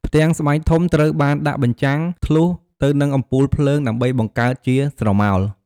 ផ្ទាំងស្បែកធំ ត្រូវបានដាក់បញ្ចាំងធ្លុះទៅនឹងកំពូលភ្លើងដើម្បីបង្កើតជាស្រមោល។